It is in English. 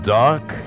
dark